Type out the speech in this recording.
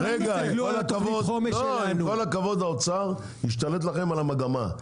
עם כל הכבוד, האוצר השתלט לכם על המגמה.